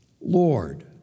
Lord